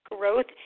growth